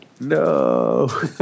No